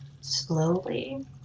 slowly